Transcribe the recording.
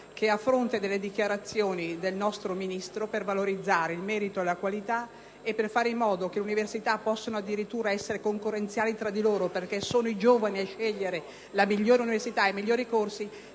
- le dichiarazioni del nostro Ministro per valorizzare il merito e la qualità e per fare in modo che le università possano addirittura essere concorrenziali tra di loro, perché siano i giovani a scegliere la migliore università e i migliori corsi.